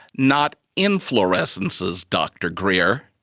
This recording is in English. not inflorescences, dr greer.